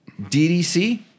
DDC